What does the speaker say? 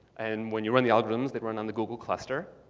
and when you run the algorithms, they run on the google cluster.